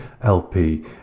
lp